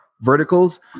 Verticals